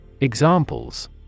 Examples